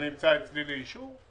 זה נמצא אצלי לאישור?